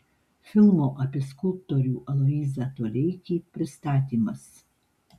filmo apie skulptorių aloyzą toleikį pristatymas